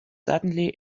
suddenly